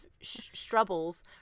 struggles